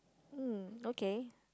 mm okay